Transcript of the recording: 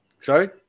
sorry